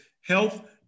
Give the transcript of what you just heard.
health